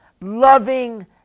loving